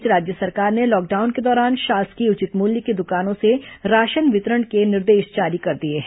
इस बीच राज्य सरकार ने लॉकडाउन के दौरान शासकीय उचित मूल्य की दुकानों से राशन वितरण के निर्देश जारी कर दिए हैं